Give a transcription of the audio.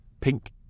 pink